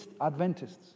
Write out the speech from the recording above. Adventists